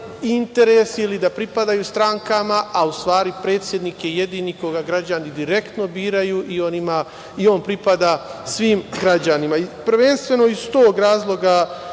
interese ili da pripadaju strankama, a u stvari predsednik je jedini koga građani direktno biraju i on pripada svim građanima. Prvenstveno iz tog razloga